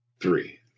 three